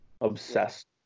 obsessed